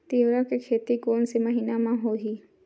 तीवरा के खेती कोन से महिना म होही?